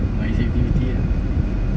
noisy activity ah